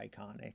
iconic